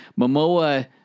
Momoa